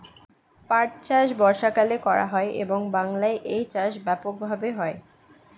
পাট চাষ বর্ষাকালে করা হয় এবং বাংলায় এই চাষ ব্যাপক ভাবে হয়